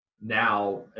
now